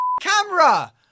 camera